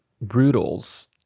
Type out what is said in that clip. Brutal's